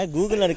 Google